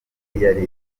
yari